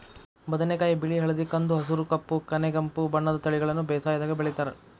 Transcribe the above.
ಬದನೆಕಾಯಿ ಬಿಳಿ ಹಳದಿ ಕಂದು ಹಸುರು ಕಪ್ಪು ಕನೆಗೆಂಪು ಬಣ್ಣದ ತಳಿಗಳನ್ನ ಬೇಸಾಯದಾಗ ಬೆಳಿತಾರ